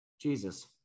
Jesus